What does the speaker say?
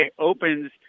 opens